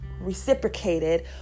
reciprocated